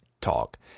talk